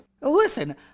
Listen